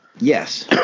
Yes